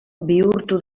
bihurtu